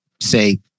say